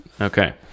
Okay